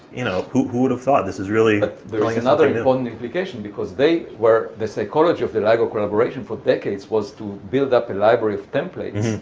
you know, who who would have thought, this is really there's like another and and complication, because they were, the, say, college of the ligo collaboration for decades was to build up a library of templates,